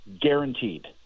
Guaranteed